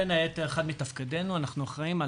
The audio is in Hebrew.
בין היתר אחד מתפקידנו להיות אחראים על